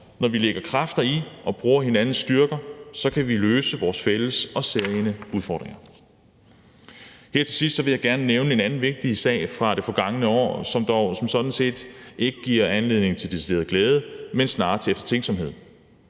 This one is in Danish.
når vi lægger kræfter i og bruger hinandens styrker, kan løse vores fælles og særegne udfordringer. Til sidst vil jeg gerne nævne en anden vigtig sag fra det forgangne år, som sådan set ikke giver anledning til decideret glæde, men snarere til eftertænksomhed.